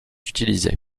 utiliser